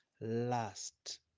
last